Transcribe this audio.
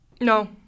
No